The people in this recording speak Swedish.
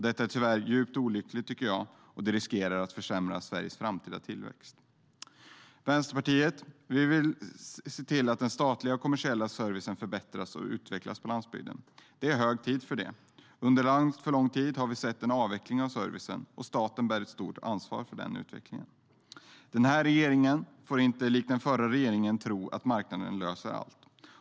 Detta är tyvärr djupt olyckligt, och det riskerar att försämra Sveriges framtida tillväxt. Vänsterpartiet vill se till att den statliga och kommersiella servicen förbättras och utvecklas på landsbygden. Det är hög tid för det. Under alltför lång tid har vi sett en avveckling av servicen, och staten bär ett stort ansvar för den utvecklingen. Den här regeringen får inte likt den förra regeringen tro att marknaden löser allt.